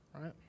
right